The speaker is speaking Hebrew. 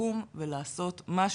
לקום ולעשות משהו.